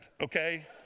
Okay